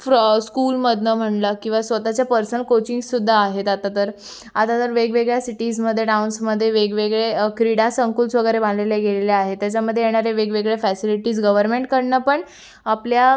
fro स्कूलमधून म्हटलं किंवा स्वतःच्या पर्सनल कोचिंगसुद्धा आहेत आत्ता तर आत्ता तर वेगवेगळ्या सिटीजमध्ये डाउन्समध्ये वेगवेगळे क्रीडा संकुल्स वगैरे बांधले गेलेले आहेत त्याच्यामध्ये येणारे वेगवेगळे फॅसिलिटीज गव्हरमेंटकडून पण आपल्या